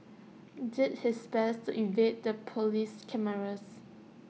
did his best to evade the Police cameras